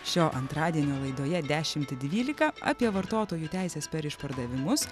šio antradienio laidoje dešimt dvylika apie vartotojų teises per išpardavimus